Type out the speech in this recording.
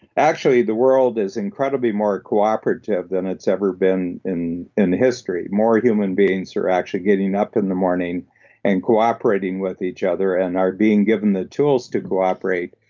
actually, the world is incredibly more cooperative than it's ever been in in history. more human beings are actually getting up in the morning and cooperating with each other and are being given the tools to cooperate.